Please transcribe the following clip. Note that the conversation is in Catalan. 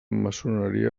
maçoneria